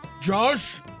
Josh